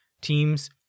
teams